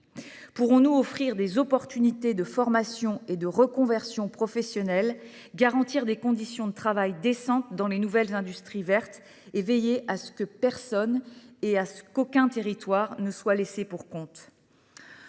Pourrons-nous offrir des opportunités de formation et de reconversion professionnelle, garantir des conditions de travail décentes dans les nouvelles industries vertes et veiller à ce qu’aucune personne ni aucun territoire ne soient laissés-pour-compte ?